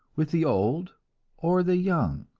with the old or the young?